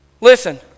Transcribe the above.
Listen